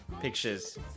pictures